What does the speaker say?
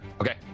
Okay